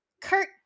Kurt